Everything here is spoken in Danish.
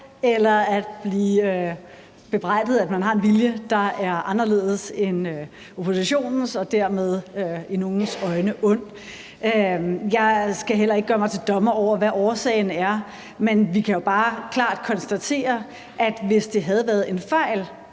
eller at blive bebrejdet, at man har en vilje, der er anderledes end oppositionens og dermed i nogles øjne er ond. Jeg skal heller ikke gøre mig til dommer over, hvad årsagen er, men vi kan jo bare klart konstatere, at man, hvis det havde været en fejl,